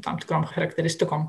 tam tikrom charakteristikom